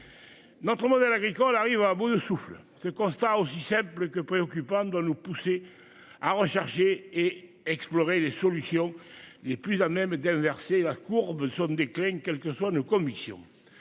Notre modèle agricole arrive à bout de souffle c'est constat aussi c'est que préoccupante nous pousser à rechercher et explorer les solutions les plus à même d'inverser la courbe sommes crimes quelles que soient nos commissions.